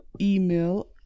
email